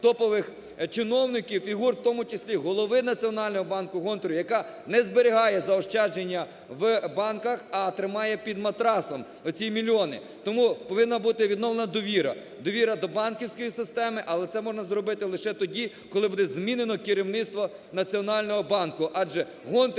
топових чиновників і в тому числі Голови Національного банку Гонтаревої, яка не зберігає заощадження в банках, а тримає під матрасом оці мільйони. Тому повинна бути відновлена довіра, довіра до банківської системи, але це можна зробити лише тоді, коли буде змінено керівництво Національного банку, адже Гонтарева